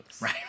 Right